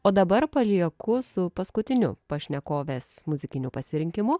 o dabar palieku su paskutiniu pašnekovės muzikiniu pasirinkimu